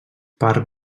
part